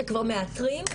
שכבר מאתרים,